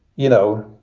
you know,